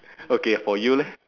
okay for you leh